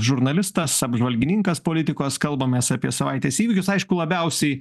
žurnalistas apžvalgininkas politikos kalbamės apie savaitės įvykius aišku labiausiai